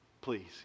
Please